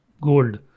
gold